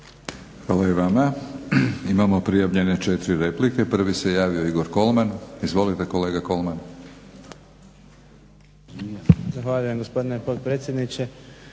Hvala i vama. Imamo prijavljene 4 replike. Prvi se javio Igor Kolman. Izvolite kolega Kolman.